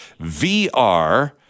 VR